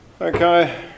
okay